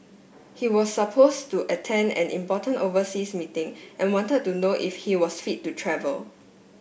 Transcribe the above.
he was suppose to attend an important overseas meeting and wanted to know if he was fit to travel